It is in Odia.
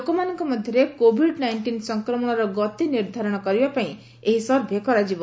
ଲୋକମାନଙ୍କ ମଧ୍ୟରେ କୋଭିଡ୍ ନାଇଷ୍ଟିନ୍ ସଂକ୍ରମଣର ଗତି ନିର୍ଦ୍ଧାରଣ କରିବା ପାଇଁ ଏହି ସର୍ଭେ କରାଯିବ